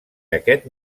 aquest